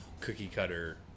cookie-cutter